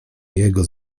jego